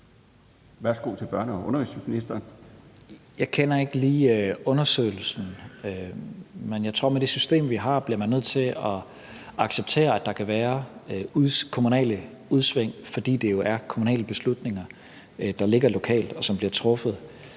Kl. 13:31 Børne- og undervisningsministeren (Mattias Tesfaye): Jeg kender ikke lige undersøgelsen, men jeg tror, at med det system, vi har, bliver man nødt til at acceptere, at der kan være kommunale udsving, fordi det jo er kommunale beslutninger, som bliver truffet